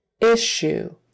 Issue